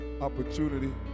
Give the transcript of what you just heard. opportunity